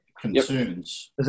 concerns